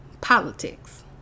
politics